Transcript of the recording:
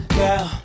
girl